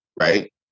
Right